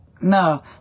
no